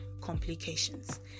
complications